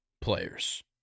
players